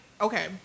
okay